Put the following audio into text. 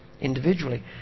individually